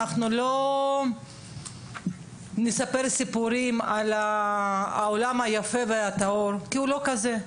אנחנו לא נספר סיפורים על העולם היפה והטהור כי הוא לא כזה.